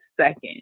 second